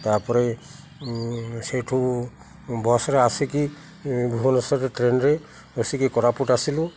ତାପରେ ସେଇଠୁ ବସ୍ରେ ଆସିକି ଭୁବନେଶ୍ୱରରେ ଟ୍ରେନ୍ରେ ବସିକି କୋରାପୁଟ ଆସିଲୁ